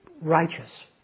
righteous